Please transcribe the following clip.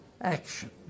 action